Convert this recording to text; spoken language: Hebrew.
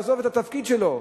לעזוב את התפקיד שלו,